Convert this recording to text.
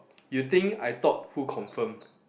you think I thought who confirm